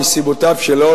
מסיבותיו שלו,